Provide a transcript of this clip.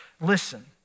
listen